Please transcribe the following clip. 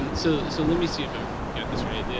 and so so let me see if i've got this right.